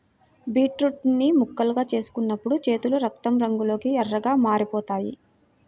beetroot ని ముక్కలుగా కోస్తున్నప్పుడు చేతులు రక్తం రంగులోకి ఎర్రగా మారిపోతాయి